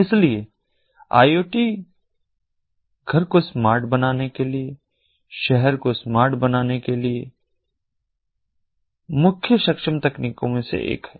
इसलिए IoT घर को स्मार्ट बनाने के लिए शहर को स्मार्ट बनाने के लिए मुख्य सक्षम तकनीकों में से एक है